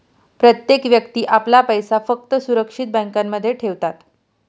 प्रत्येक व्यक्ती आपला पैसा फक्त सुरक्षित बँकांमध्ये ठेवतात